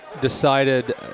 decided